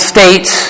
States